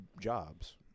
jobs